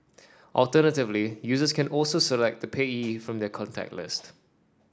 alternatively users can also select a payee from their contact list